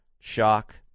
shock